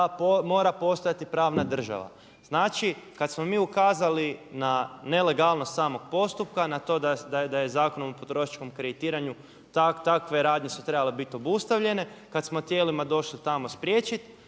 mora postojati pravna država. Znači kada smo mi ukazali na nelegalnost samog postupka, na to da je Zakonom o potrošačkom kreditiranju takve radnje su trebale biti obustavljene, kada smo tijelima tamo došli spriječiti